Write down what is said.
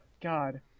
God